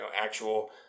actual